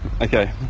Okay